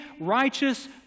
righteous